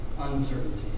uncertainty